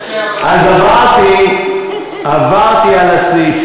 יש לי רושם, אז עברתי על הסעיפים,